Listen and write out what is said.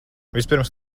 vispirms